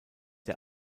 der